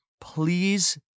please